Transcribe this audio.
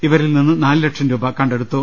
ഇവരിൽ നിന്ന് നാലുലക്ഷം രൂപ കണ്ടെടുത്തു